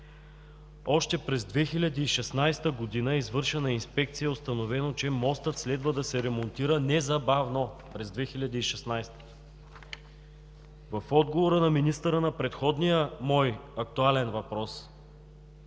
Още през 2016 г. е извършена инспекция и е установено, че мостът следва да се ремонтира незабавно – през 2016-а! В отговора на министъра на предходния мой актуален въпрос